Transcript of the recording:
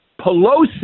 Pelosi